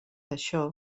això